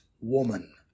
woman